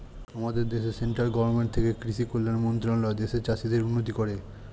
আমাদের দেশে central government থেকে কৃষি কল্যাণ মন্ত্রণালয় দেশের চাষীদের উন্নতি করে